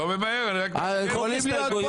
שמחה, רצית?